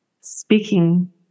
speaking